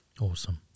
Awesome